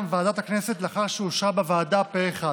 ועדת הכנסת לאחר שאושרה בוועדה פה אחד.